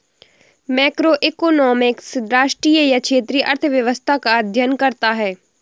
macroeconomics राष्ट्रीय या क्षेत्रीय अर्थव्यवस्था का अध्ययन करता है